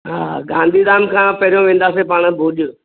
हा हा गांधीधाम खां पहिरियों वेंदासे पाण भुॼ